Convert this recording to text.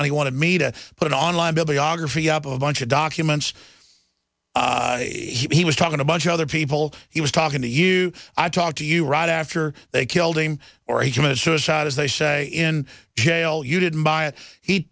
out he wanted me to put online bibliography up a bunch of documents he was talking about other people he was talking to you i talked to you right after they killed him or he committed suicide as they say in jail you didn't buy it he